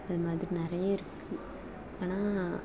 அது மாதிரி நிறைய இருக்குது ஆனால்